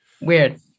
Weird